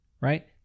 Right